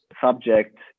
subject